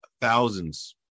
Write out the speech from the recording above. thousands